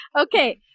Okay